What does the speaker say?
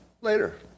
later